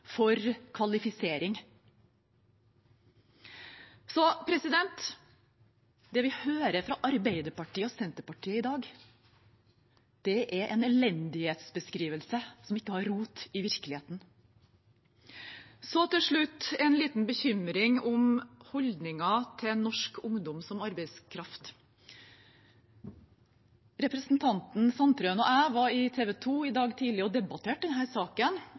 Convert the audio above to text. for kvalifisering. Det vi hører fra Arbeiderpartiet og Senterpartiet i dag, er en elendighetsbeskrivelse som ikke har rot i virkeligheten. Til slutt en liten bekymring om holdninger til norsk ungdom som arbeidskraft. Representanten Sandtrøen og jeg var i TV 2 i dag tidlig og debatterte denne saken.